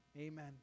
Amen